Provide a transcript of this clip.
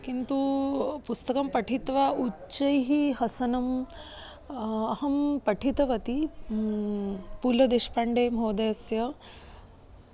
किन्तु पुस्तकं पठित्वा उच्चैः हसनम् अहं पठितवती पुलदेश्पाण्डे महोदयस्य